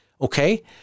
Okay